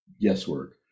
guesswork